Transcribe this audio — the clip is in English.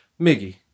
Miggy